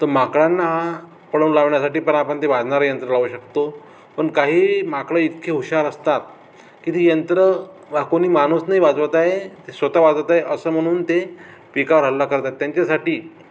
तर माकडांना पळवून लावण्यासाठी पण आपण ते वाजणारं यंत्र लावू शकतो पण काही माकडं इतके हुशार असतात की ती यंत्रं बा कोणी माणूस नाही वाजवत आहे ते स्वतः वाजवतं आहे असं म्हणून ते पिकावर हल्ला करतात त्यांच्यासाठी